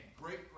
great